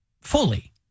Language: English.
fully